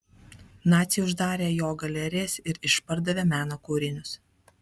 naciai uždarė jo galerijas ir išpardavė meno kūrinius